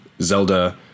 Zelda